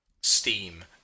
steam